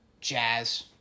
Jazz